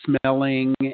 smelling